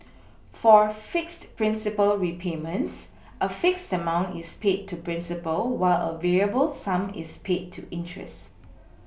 for fixed principal repayments a fixed amount is paid to principal while a variable sum is paid to interest